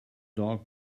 dog